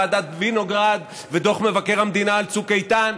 ועדת וינוגרד ודוח מבקר המדינה על צוק איתן,